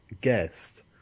guest